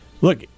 look